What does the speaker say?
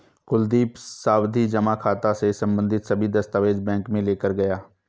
कुलदीप सावधि जमा खाता से संबंधित सभी दस्तावेज बैंक में लेकर गया